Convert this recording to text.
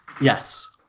Yes